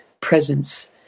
presence